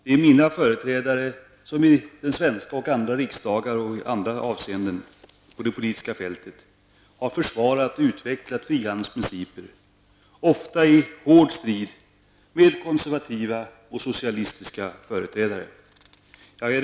Det är mina företrädare i den svenska och andra riksdagar och på övriga områden av det politiska fältet som har försvarat och utvecklat frihandelns principer, ofta i hård strid med konservativa och socialistiska företrädare.